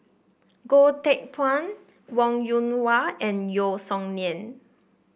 Goh Teck Phuan Wong Yoon Wah and Yeo Song Nian